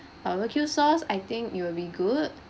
barbecue sauce I think it will be good